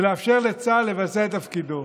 ולאפשר לצה"ל לבצע את תפקידו.